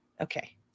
Okay